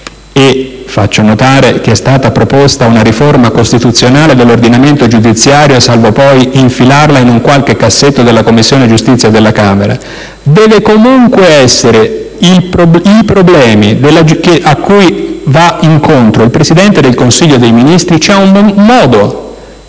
- faccio notare che è stata proposta una riforma costituzionale dell'ordinamento giudiziario, salvo poi infilarla in un qualche cassetto della Commissione giustizia della Camera - devono comunque essere i problemi a cui va incontro il Presidente del Consiglio dei ministri, c'è un modo